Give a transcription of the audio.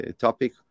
topic